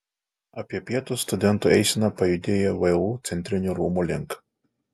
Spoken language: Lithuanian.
apie pietus studentų eisena pajudėjo vu centrinių rūmų link